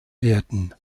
werden